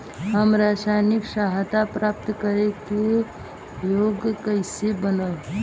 हम सामाजिक सहायता प्राप्त करे के योग्य कइसे बनब?